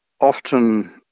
often